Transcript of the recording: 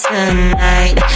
Tonight